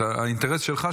האינטרס שלך,